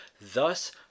thus